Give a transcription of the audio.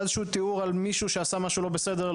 תיאור על מישהו שעשה משהו לא בסדר,